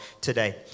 today